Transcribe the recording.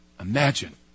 Imagine